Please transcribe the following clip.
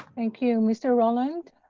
thank you, mr. roland?